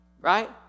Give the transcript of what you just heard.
Right